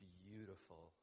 beautiful